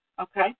Okay